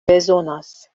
bezonas